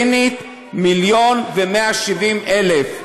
ומהקרן הפלסטינית, מיליון ו-170,000.